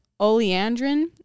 oleandrin